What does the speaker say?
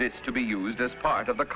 this to be used as part of the